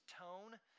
tone